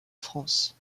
france